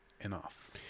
enough